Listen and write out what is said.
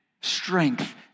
strength